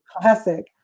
Classic